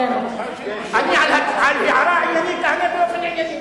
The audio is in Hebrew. אני על הערה עניינית אענה באופן ענייני.